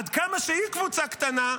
עד כמה שהיא קבוצה קטנה,